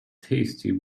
tasty